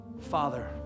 Father